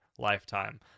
lifetime